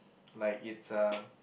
like it's a